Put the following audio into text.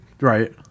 Right